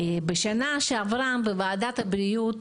בשנה שעברה בוועדת הבריאות,